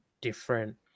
different